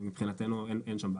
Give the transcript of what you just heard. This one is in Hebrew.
מבחינתנו אין שם בעיה.